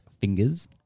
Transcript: Fingers